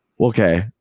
Okay